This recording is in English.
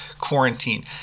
quarantine